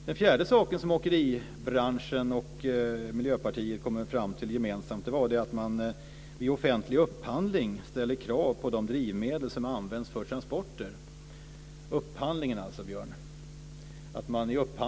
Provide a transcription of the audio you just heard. Den fjärde saken som åkeribranschen och Miljöpartiet kom fram till gemensamt var att man vid offentlig upphandling ställer miljökrav på de drivmedel som används för transporter.